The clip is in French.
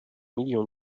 millions